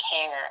care